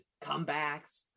comebacks